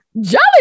Jolly